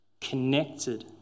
connected